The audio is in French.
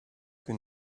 que